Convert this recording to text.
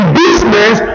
business